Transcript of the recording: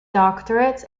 doctorates